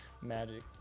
Magic